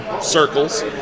circles